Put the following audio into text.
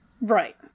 Right